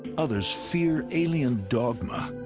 others fear alien dogma.